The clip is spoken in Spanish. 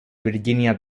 virginia